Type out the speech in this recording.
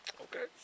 Okay